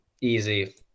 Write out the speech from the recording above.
Easy